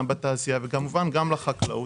גם בתעשייה וכמובן גם לחקלאות,